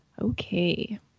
Okay